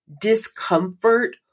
discomfort